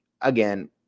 Again